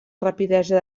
rapidesa